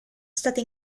state